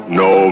no